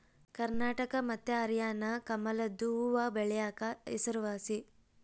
ಕರ್ನಾಟಕ ಮತ್ತೆ ಹರ್ಯಾಣ ಕಮಲದು ಹೂವ್ವಬೆಳೆಕ ಹೆಸರುವಾಸಿ